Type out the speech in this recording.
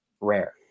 rare